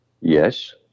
yes